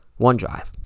OneDrive